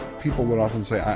people would often say,